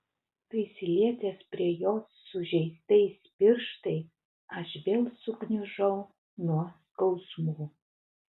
prisilietęs prie jos sužeistais pirštais aš vėl sugniužau nuo skausmų